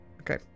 Okay